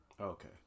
Okay